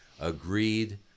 agreed